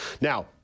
Now